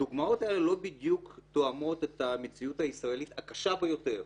הדוגמאות האלה לא בדיוק תואמות את המציאות הישראלית הקשה ביותר.